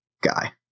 guy